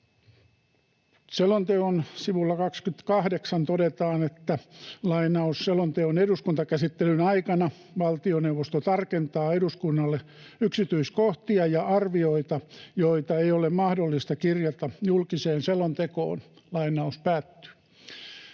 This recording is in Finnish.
Selonteossa kirjataan, että eduskuntakäsittelyn aikana valtioneuvosto tarkentaa eduskunnalle yksityiskohtia ja arvioita, joita ei ole mahdollista kirjata julkiseen selontekoon. Luen kohtaa